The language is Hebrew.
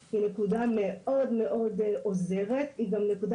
היא נקודה מאוד מאוד עוזרת והיא גם נקודה